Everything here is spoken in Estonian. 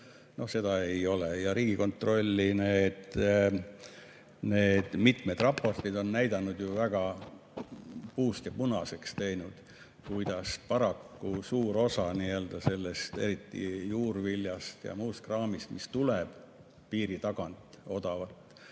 siin ei olnud. Ja Riigikontrolli need mitmed raportid on näidanud ju, väga puust ja punaseks teinud, kuidas paraku suur osa sellest eriti juurviljast ja muust kraamist, mis tuleb piiri tagant odavalt,